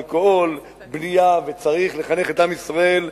אלכוהול, בנייה, וצריך לחנך את עם ישראל,